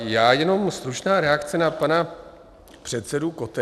Já jenom stručnou reakci na pana předsedu Kotena.